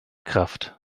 kraft